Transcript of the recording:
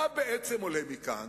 מה בעצם עולה מכאן?